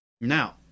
Now